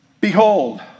Behold